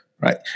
right